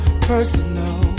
personal